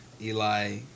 Eli